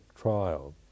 trial